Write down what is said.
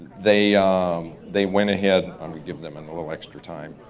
they they went ahead, i'm gonna give them and a little extra time,